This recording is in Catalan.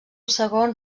segon